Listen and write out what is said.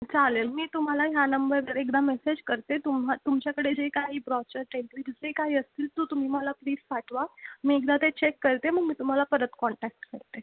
चालेल मी तुम्हाला ह्या नंबरवर एकदा मेसेज करते तुम्हा तुमच्याकडे जे काही ब्रॉऊचर टाईप जे काही असतील तो तुम्ही मला प्लीस पाठवा मी एकदा ते चेक करते मग मी तुम्हाला परत कॉन्टॅक्ट करते